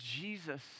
Jesus